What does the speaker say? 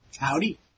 Howdy